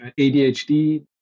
ADHD